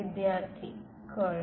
വിദ്യാർത്ഥി കേൾ